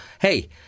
hey